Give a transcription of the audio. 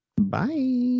Bye